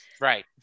right